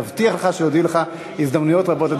מבטיח לך שעוד יהיו לך הזדמנויות רבות לדבר.